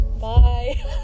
Bye